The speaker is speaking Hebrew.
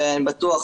ואני בטוח,